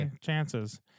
chances